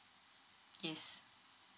yes